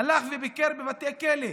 הלך וביקר בבתי הכלא,